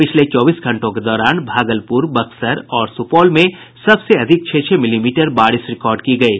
पिछले चौबीस घंटों के दौरान भागलपुर बक्सर और सुपौल में सबसे अधिक छह छह मिलीमीटर बारिश रिकार्ड की गयी